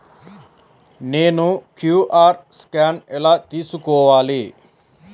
నేను QR scan ఎలా తీసుకోవాలి?